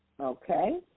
Okay